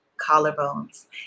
collarbones